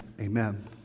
Amen